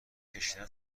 کشیدن